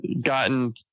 gotten